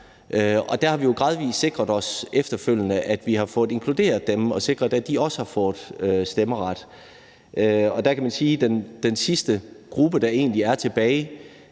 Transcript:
Og der har vi jo gradvis sikret os, efterfølgende, at vi har fået inkluderet dem og sikret, at de også har fået stemmeret. Man kan sige, at den sidste gruppe, der egentlig er tilbage,